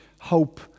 hope